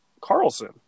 Carlson